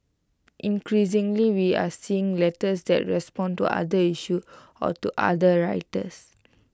increasingly we are seeing letters that respond to other issues or to other writers